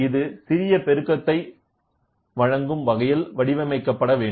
இது சிறிய பெருக்கத்தை வழங்கும் வகையில் வடிவமைக்கப்பட வேண்டும்